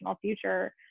future